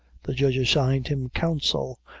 the judge assigned him counsel,